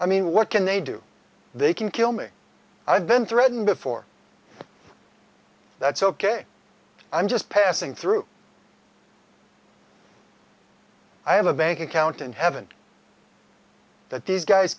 i mean what can they do they can kill me i've been threatened before that's ok i'm just passing through i have a bank account in heaven that these guys